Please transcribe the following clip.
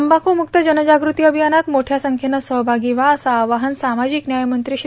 तंबाखूमुक्त जनजागृती अभियानात मोठ्या संख्येनं सहभागी व्हा असं आवाहन सामाजिक न्याय मंत्री श्री